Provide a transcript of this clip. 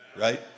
right